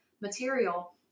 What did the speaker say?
material